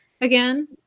again